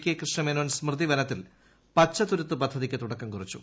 K Krishna Menon സ്മൃതിവനത്തിൽ പച്ചത്തുരുത്ത് പദ്ധതിക്ക് തുടക്കം കുറിച്ചു